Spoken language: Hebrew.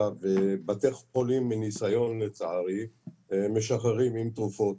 בתי חולים, מניסיון לצערי, משחררים עם תרופות.